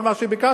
כל מה שביקשנו,